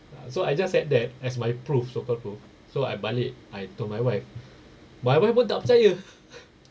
so ah I just had that as my proof so-called proof so I balik I told my wife my wife pun tak percaya